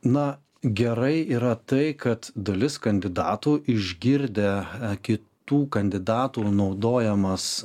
na gerai yra tai kad dalis kandidatų išgirdę kitų kandidatų naudojamas